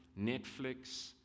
Netflix